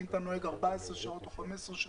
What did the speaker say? אם אתה נוהג 14 שעות או 15 שעות,